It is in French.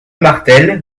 martel